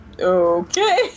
Okay